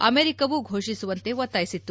ಅಮೆರಿಕವೂ ಘೋಷಿಸುವಂತೆ ಒತ್ತಾಯಿಸಿತ್ತು